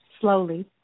slowly